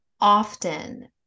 often